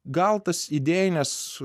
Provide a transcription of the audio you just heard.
gal tas idėjines